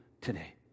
today